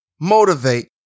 motivate